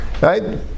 Right